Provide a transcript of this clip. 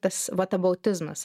tas vatabautizmas